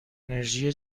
انرژی